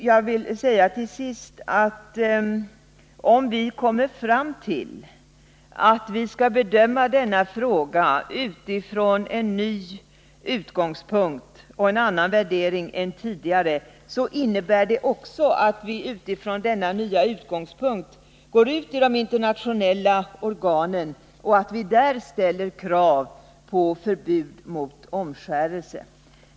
Jag vill till sist säga att om vi kommer fram till att vi skall bedöma denna fråga från en ny utgångspunkt och utifrån en annan värdering än tidigare, innebär det också att vi går ut till de internationella organen och där ställer krav på förbud mot omskärelse.